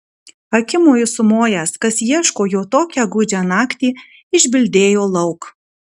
akimoju sumojęs kas ieško jo tokią gūdžią naktį išbildėjo lauk